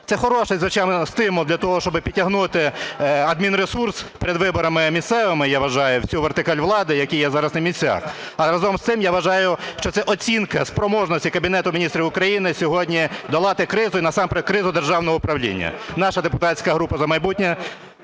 Це хороший, звичайно, стимул для того, щоб підтягнути адмінресурс перед виборами місцевими, я вважаю, всю вертикаль влади, які зараз є на місцях. А разом з цим я вважаю, що це оцінка спроможності Кабінету Міністрів України сьогодні долати кризу і насамперед кризу державного управління. Наша депутатська група "За майбутнє"